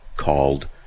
called